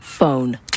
phone